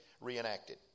reenacted